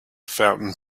fountain